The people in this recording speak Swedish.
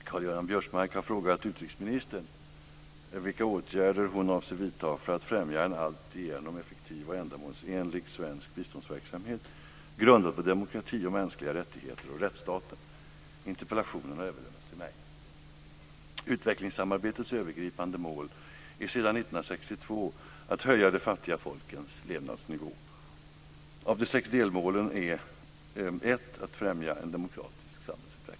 Fru talman! Karl-Göran Biörsmark har frågat utrikesministern vilka åtgärder hon avser vidta för att främja en alltigenom effektiv och ändamålsenlig svensk biståndsverksamhet, grundad på demokrati och mänskliga rättigheter och rättsstaten. Interpellationen har överlämnats till mig. Utvecklingssamarbetets övergripande mål är sedan 1962 att höja de fattiga folkens levnadsnivå. Av de sex delmålen är ett att främja en demokratisk samhällsutveckling.